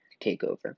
TakeOver